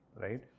right